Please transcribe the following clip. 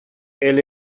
elle